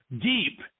deep